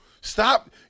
Stop